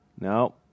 No